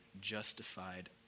justified